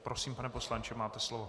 Prosím, pane poslanče, máte slovo.